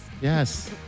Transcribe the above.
Yes